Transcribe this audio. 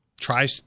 Try